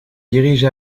dirige